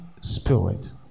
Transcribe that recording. Spirit